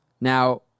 Now